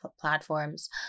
platforms